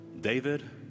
David